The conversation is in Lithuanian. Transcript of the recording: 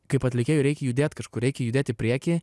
kaip atlikėjui reikia judėt kažkur reikia judėt į priekį